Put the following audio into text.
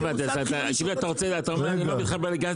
האדם אומר: כל מפעל שאתה מביא לי צינור עד הפתח,